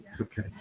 Okay